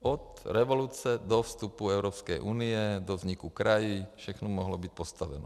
Od revoluce do vstupu Evropské unie, do vzniku krajů všechno mohlo být postaveno.